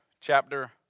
chapter